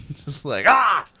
just like ah